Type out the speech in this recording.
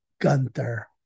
Gunther